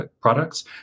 products